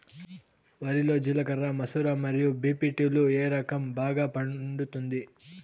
వరి లో జిలకర మసూర మరియు బీ.పీ.టీ లు ఏ రకం బాగా పండుతుంది